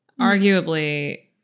arguably